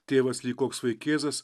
tėvas lyg koks vaikėzas